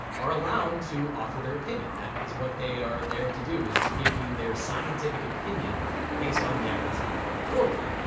are allowed to offer their opinion. that is what they are there to do is to give their scientific opinion based on the evidence that you put before them.